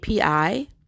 API